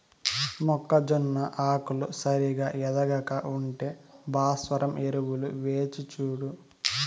మొక్కజొన్న ఆకులు సరిగా ఎదగక ఉంటే భాస్వరం ఎరువులు వేసిచూడు